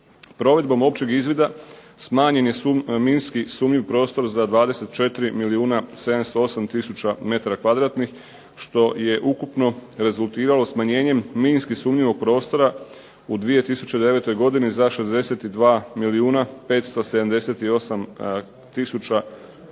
Provedbom općeg izvida smanjen je minski sumnjiv prostor za 24 milijuna 708 tisuća m2 što je ukupno rezultiralo smanjenjem minski sumnjivog prostora u 2009. godini za 62